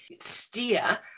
steer